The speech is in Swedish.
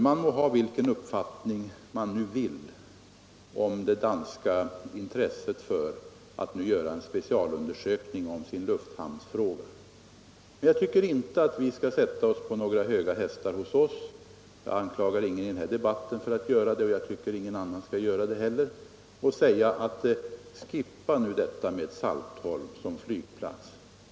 Man må ha vilken uppfattning som helst om det danska intresset för att nu göra en specialundersökning av lufthamnsfrågan, men jag tycker inte att vi bör sätta oss på våra höga hästar — jag anklagar ingen i den 17 här debatten för att göra det, och jag tycker inte att någon annan skall göra det heller — och säga: ”Skippa nu förslaget om Saltholm som flygplats!